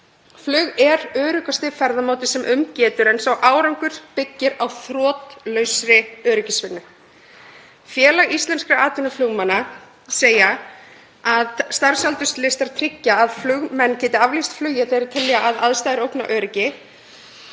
Flug er öruggasti ferðamáti sem um getur en sá árangur byggir á þrotlausri öryggisvinnu. Félag íslenskra atvinnuflugmanna segir að starfsaldurslistar tryggi að flugmenn geti aflýst flugi þegar þeir telja að aðstæður ógni öryggi,